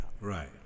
Right